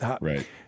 Right